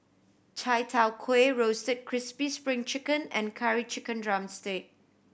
Chai Tow Kuay Roasted Crispy Spring Chicken and Curry Chicken drumstick